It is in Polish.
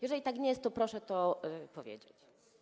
Jeżeli tak nie jest, to proszę to powiedzieć.